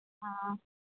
हा